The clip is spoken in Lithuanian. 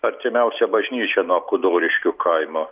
artimiausia bažnyčia nuo kudoriškių kaimo